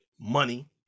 money